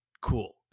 cool